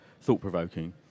thought-provoking